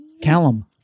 callum